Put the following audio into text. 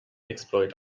exploit